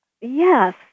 Yes